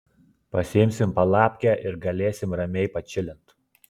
pasiimsim palapkę ir galėsim ramiai pačilint